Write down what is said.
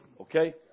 Okay